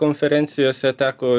konferencijose teko